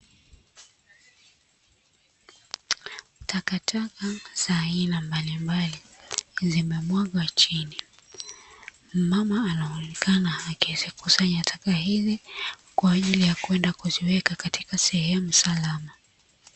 Takataka za aina mbalimbali zimemwagwa chini, mmama anaonekana akizikusanya taka hizi kwa ajili ya kwenda kuziweka katika sehemu salama.